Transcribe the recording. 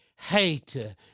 hate